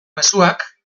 mezuak